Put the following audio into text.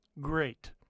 great